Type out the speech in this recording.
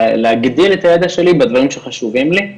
איך אני יכול להגדיל את הידע שלי בדברים שחשובים לי,